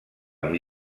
amb